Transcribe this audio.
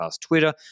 Twitter